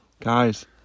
guys